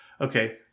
Okay